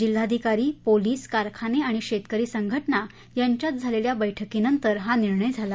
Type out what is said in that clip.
जिल्हाधिकारी पोलिस कारखाने आणि शेतकरी संघटना यांच्यात झालेल्या बैठकीनंतर हा निर्णय झाला